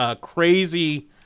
crazy